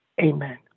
Amen